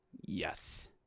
Yes